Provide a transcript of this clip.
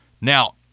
Now